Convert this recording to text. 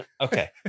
okay